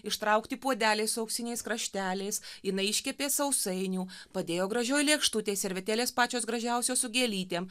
ištraukti puodeliai su auksiniais krašteliais jinai iškepė sausainių padėjo gražioj lėkštutėj servetėlės pačios gražiausios su gėlytėm